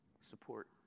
support